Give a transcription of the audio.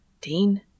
Dean